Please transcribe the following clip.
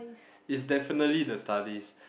is definitely the studies